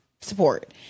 support